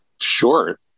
Sure